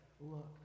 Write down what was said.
look